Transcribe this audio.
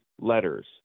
letters